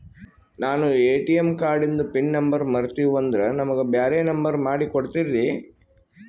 ನಾನು ಎ.ಟಿ.ಎಂ ಕಾರ್ಡಿಂದು PIN number ಮರತೀವಂದ್ರ ನಮಗ ಬ್ಯಾರೆ ನಂಬರ್ ಮಾಡಿ ಕೊಡ್ತೀರಿ?